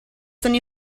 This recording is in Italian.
sono